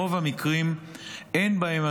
ברוב המקרים אין בהן,